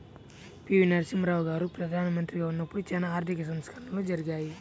పి.వి.నరసింహారావు గారు ప్రదానమంత్రిగా ఉన్నపుడు చానా ఆర్థిక సంస్కరణలు జరిగాయి